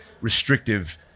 restrictive